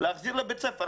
להחזיר לבית ספר,